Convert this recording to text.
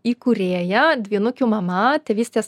įkūrėja dvynukių mama tėvystės